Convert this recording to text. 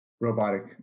robotic